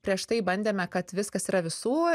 prieš tai bandėme kad viskas yra visų